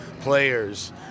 players